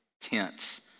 tense